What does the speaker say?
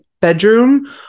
bedroom